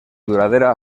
duradera